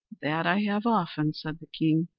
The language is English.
that i have often, said the king.